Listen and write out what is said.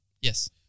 Yes